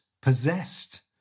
possessed